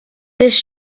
this